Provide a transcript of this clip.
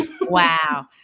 wow